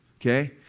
okay